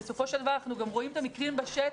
כשבסופו של דבר אנחנו רואים את המקרים בשטח,